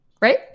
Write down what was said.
right